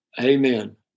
Amen